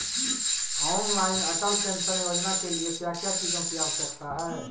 Online Atal pension योजना के लिए क्या क्या चीजों की आवश्यकता है?